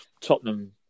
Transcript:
Tottenham